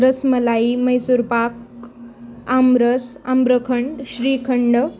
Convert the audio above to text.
rasmalai Mysore pak aamras amrakhand shrikhand